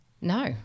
No